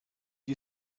you